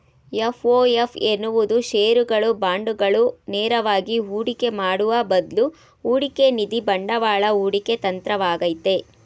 FOF ಎನ್ನುವುದು ಶೇರುಗಳು, ಬಾಂಡುಗಳು ನೇರವಾಗಿ ಹೂಡಿಕೆ ಮಾಡುವ ಬದ್ಲು ಹೂಡಿಕೆನಿಧಿ ಬಂಡವಾಳ ಹೂಡಿಕೆ ತಂತ್ರವಾಗೈತೆ